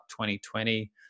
2020